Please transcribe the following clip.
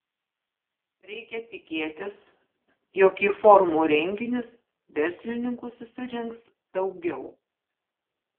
reikia tikėtis jog į forumo renginius verslininkų susirinks daugiau